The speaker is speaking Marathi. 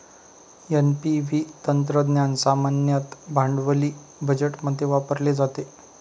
एन.पी.व्ही तंत्रज्ञान सामान्यतः भांडवली बजेटमध्ये वापरले जाते